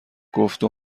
گفته